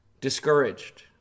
Discouraged